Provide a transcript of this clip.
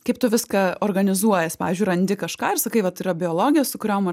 kaip tu viską organizuojies pavyzdžiui randi kažką ir sakai vat yra biologės su kuriom